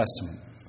Testament